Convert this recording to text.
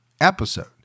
episode